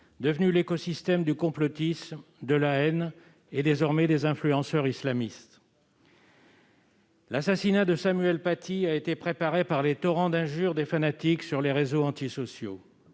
devenu l'écosystème du complotisme, de la haine et, désormais, des influenceurs islamistes. L'assassinat de Samuel Paty a été préparé par les torrents d'injures des fanatiques sur les réseaux antisociaux.